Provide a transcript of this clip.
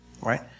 Right